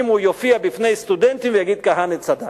אם הוא יופיע בפני סטודנטים ויגיד: כהנא צדק.